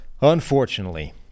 unfortunately